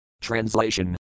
Translation